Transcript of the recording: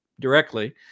directly